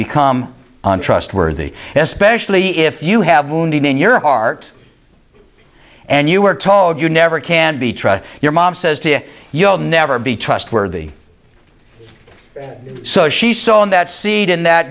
become untrustworthy especially if you have wounded in your heart and you are told you never can be trust your mom says you'll never be trustworthy so she saw in that seed in that